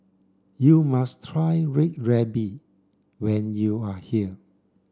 you must try red ruby when you are here